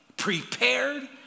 prepared